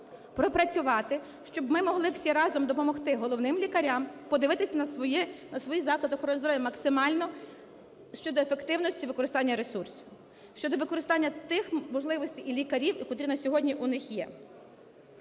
пропрацювати, щоб ми могли всі разом допомогти головним лікарям подивитись на свої заклади охорони здоров'я максимально щодо ефективності використання ресурсів, щодо використання тих можливостей і лікарів, котрі на сьогодні у них є.